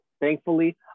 Thankfully